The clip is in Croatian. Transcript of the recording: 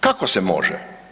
Kako se može?